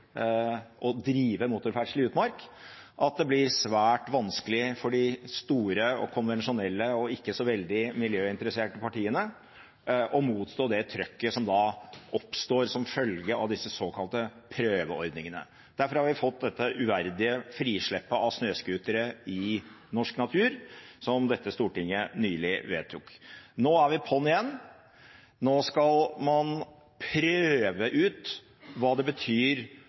å drive motorferdsel i utmark: Det blir svært vanskelig for de store, konvensjonelle og ikke så veldig miljøinteresserte partiene å motstå det trykket som oppstår som følge av disse såkalte prøveordningene. Derfor har vi fått dette uverdige frislippet av snøscootere i norsk natur, som dette stortinget nylig vedtok. Nå er vi på’n igjen. Nå skal man prøve ut hva det betyr